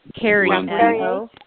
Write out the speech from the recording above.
Carrie